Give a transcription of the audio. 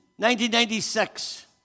1996